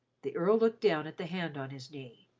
the earl looked down at the hand on his knee.